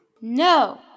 No